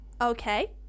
Okay